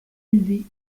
élevée